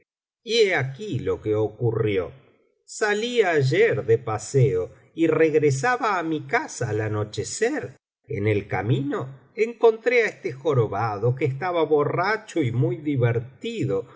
lie aquí lo que ocurrió salí ayer de paseo y regresaba á mi casa al anochecer en el camino encontré á eate jorobado que estaba borracho y muy divertido